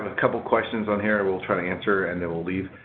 ah couple of questions on here, we'll try to answer and then we'll leave.